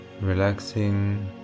relaxing